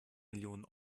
millionen